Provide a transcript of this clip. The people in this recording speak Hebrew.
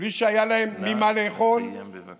בלי שהיה להם מה לאכול, נא לסיים, בבקשה.